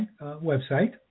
website